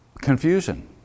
confusion